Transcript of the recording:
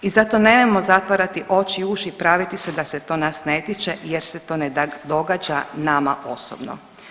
I zato nemojmo zatvarati oči i uši i praviti se da se nas to ne tiče, jer se to ne događa nama osobno.